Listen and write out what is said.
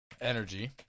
Energy